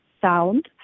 sound